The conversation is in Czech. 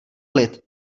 lid